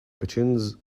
pigeons